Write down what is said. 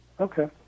Okay